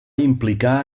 implicar